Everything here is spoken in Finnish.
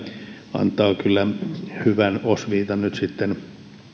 antaa kyllä hyvän osviitan nyt sitten